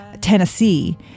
Tennessee